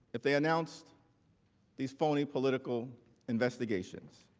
if they announced these phony political investigations.